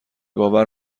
آور